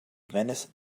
venice